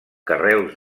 carreus